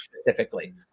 specifically